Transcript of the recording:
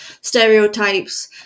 stereotypes